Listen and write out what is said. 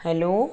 hello